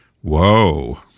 whoa